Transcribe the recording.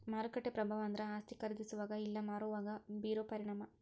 ಮಾರುಕಟ್ಟೆ ಪ್ರಭಾವ ಅಂದ್ರ ಆಸ್ತಿ ಖರೇದಿಸೋವಾಗ ಇಲ್ಲಾ ಮಾರೋವಾಗ ಬೇರೋ ಪರಿಣಾಮ